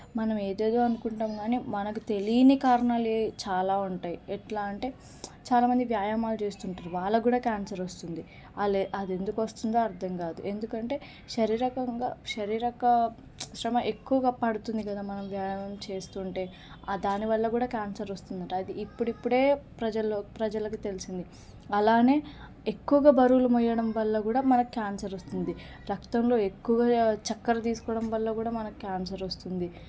మనం ఏదైదేదో అనుకుంటాం కానీ మనకు తెలియని కారణాలు చాలా ఉంటాయి ఎట్లా అంటే చాలామంది వ్యాయామాలు చేస్తుంటారు వాళ్ళకి కూడా క్యాన్సల్ వస్తుంది అలె అది ఎందుకు వస్తుందో అర్థం గాదు ఎందుకంటే శారీరకంగా శారీరక శ్రమ ఎక్కువగా పడుతుంది కదా మనం వ్యాయామం చేస్తుంటే దాని వల్ల కూడా క్యాన్సర్ వస్తుందట అది ఇప్పుడిప్పుడే ప్రజల్లో ప్రజలకు తెలిసింది అలానే ఎక్కువగా బరువులు మోయడం వల్ల కూడా మనకు క్యాన్సర్ వస్తుంది రక్తంలో ఎక్కువ చక్కెర తీసుకోవడం వల్ల కూడా మనకి క్యాన్సర్ వస్తుంది